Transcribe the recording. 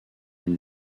une